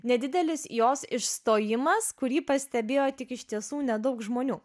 nedidelis jos išstojimas kurį pastebėjo tik iš tiesų nedaug žmonių